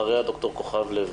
אחריה, ד"ר כוכב לוי,